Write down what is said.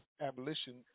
abolition